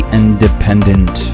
independent